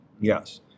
Yes